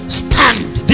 stand